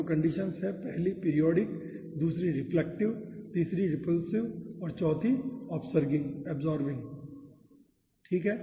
तो कंडीशंस हैं पहली पीरियाडिक दूसरी रिफ्लेक्टिव तीसरी रेपुल्सिव और चौथी अब्सॉर्बिंग ठीक है